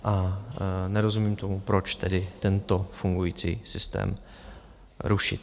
A nerozumím tomu, proč tedy tento fungující systém rušit.